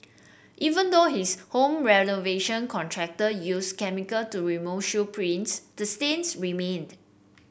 even though his home renovation contractor use chemical to remove shoe prints the stains remained